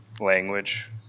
language